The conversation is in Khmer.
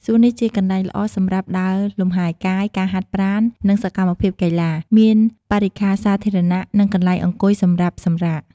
សួននេះ ជាកន្លែងល្អសម្រាប់ដើរលំហែកាយ ការហាត់ប្រាណ និងសកម្មភាពកីឡា មានបរិក្ខារសាធារណៈ និងកន្លែងអង្គុយសម្រាប់សម្រាក។